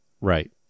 Right